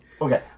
okay